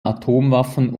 atomwaffen